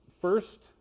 first